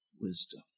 wisdom